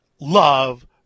love